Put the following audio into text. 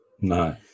No